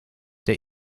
der